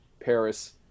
Paris